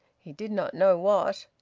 he did not know what.